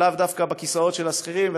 ולאו דווקא בכיסאות של השכירים,